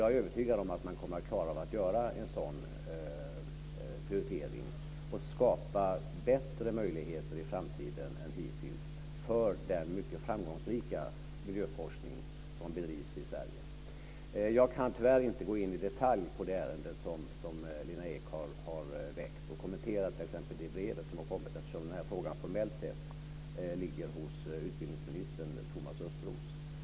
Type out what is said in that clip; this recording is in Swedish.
Jag är övertygad om att man kommer att klara av att göra en sådan prioritering och skapa bättre möjligheter i framtiden än hittills för den mycket framgångsrika miljöforskning som bedrivs i Jag kan tyvärr inte gå in i detalj på det ärende som Lena Ek har tagit upp och t.ex. kommentera de brev som har kommit eftersom den här frågan formellt sett ligger hos utbildningsminister Thomas Östros.